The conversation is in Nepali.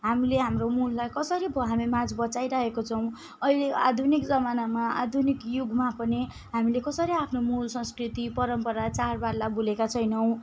हामीले हाम्रो मूललाई कसरी ब हामीमाझ बचाइराखेका छौंँ अहिले यो आधुनिक जमानामा आधुनिक युगमा पनि हामीले कसरी आफ्नो मूल संस्कृति परम्परा चाडबाडलाई भुलेका छैनौँ